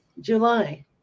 July